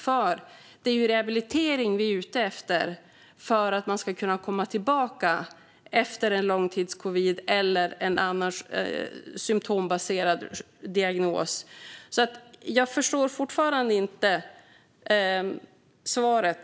Det är ju rehabilitering vi är ute efter för att man ska kunna komma tillbaka efter långtidscovid eller annan symtombaserad diagnos. Jag förstår fortfarande inte svaret.